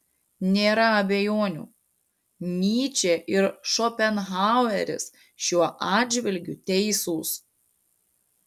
nėra abejonių nyčė ir šopenhaueris šiuo atžvilgiu teisūs